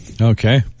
Okay